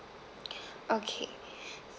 okay